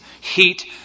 Heat